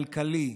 כלכלי,